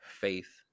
Faith